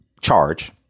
charge